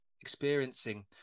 experiencing